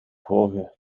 volgen